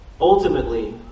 Ultimately